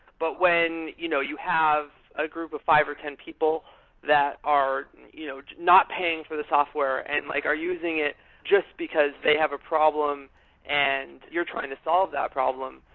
but when you know you have a group of five or ten people that are you know not paying for the software and like are using it just because they have a problem and you're trying to solve that problem,